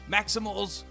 Maximals